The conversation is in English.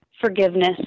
forgiveness